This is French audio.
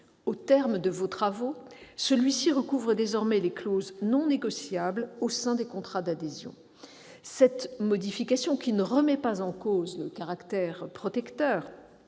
Au terme de vos travaux, celui-ci recouvre désormais les clauses non négociables au sein des contrats d'adhésion. Cette modification, qui ne remet pas en cause le caractère protecteur